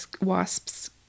wasps